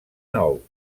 nou